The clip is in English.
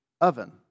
oven